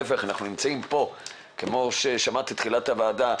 להפך, כמו ששמעתי בתחילת הוועדה,